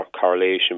correlation